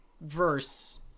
verse